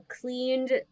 cleaned